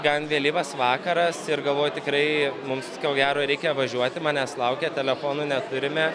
gan vėlyvas vakaras ir galvoj tikrai mums ko gero reikia važiuoti manęs laukia telefonų neturime